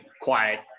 quiet